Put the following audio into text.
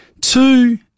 two